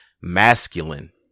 masculine